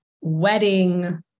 wedding